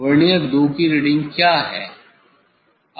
vernier 2 की reading क्या है